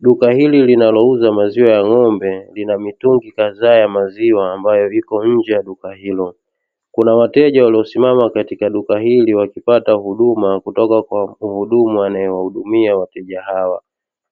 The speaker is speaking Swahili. Duka hili linalouza maziwa ya ng'ombe lina mitungi kadhaa ya maziwa ambayo ipo nje ya duka hilo, kuna wateja waliosimama katika duka hili wakipata huduma kutoka kwa mhudumu anayewahudumia wateja hawa,